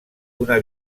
una